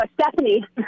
Stephanie